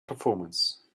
performance